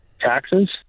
taxes